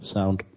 sound